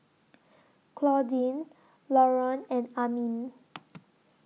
Claudine Laron and Amin